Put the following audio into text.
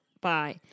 bye